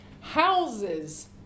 Houses